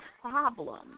Problem